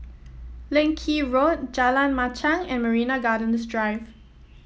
Leng Kee Road Jalan Machang and Marina Gardens Drive